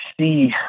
see